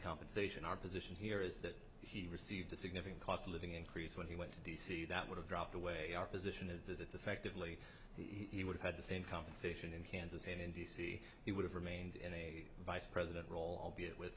compensation our position here is that he received a significant cost of living increase when he went to d c that would have dropped away our position is that it's effectively he would have had the same compensation in kansas and in d c he would have remained in a vice president role be it with